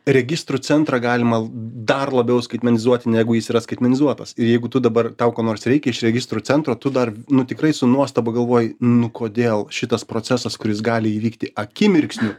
registrų centrą galima dar labiau skaitmenizuoti negu jis yra skaitmenzuotas ir jeigu tu dabar tau ko nors reikia iš registrų centro tu dar nu tikrai su nuostaba galvoji nu kodėl šitas procesas kuris gali įvykti akimirksniu